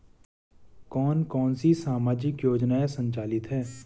कौन कौनसी सामाजिक योजनाएँ संचालित है?